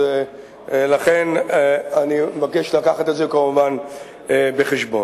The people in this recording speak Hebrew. לכן אני מבקש להביא את זה כמובן בחשבון.